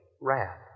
wrath